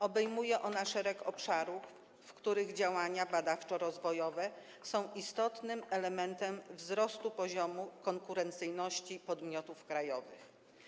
Obejmuje ona szereg obszarów, w których działania badawczo-rozwojowe są istotnym elementem wzrostu poziomu konkurencyjności podmiotów krajowych.